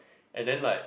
and then like